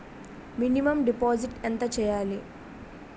Minimum deposit ఎంత చెయ్యాలి?